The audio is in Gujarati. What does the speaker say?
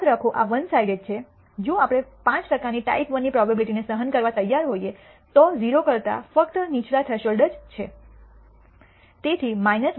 યાદ રાખો કે આ વન સાઇડેડ છે જો આપણે 5 ટકાની ટાઈપ Iની પ્રોબેબીલીટી ને સહન કરવા તૈયાર હોઇએ તો 0 કરતાં ફક્ત નીચલા થ્રેશોલ્ડ જ છે